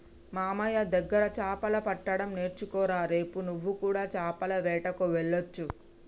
మామయ్య దగ్గర చాపలు పట్టడం నేర్చుకోరా రేపు నువ్వు కూడా చాపల వేటకు వెళ్లొచ్చు